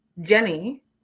Jenny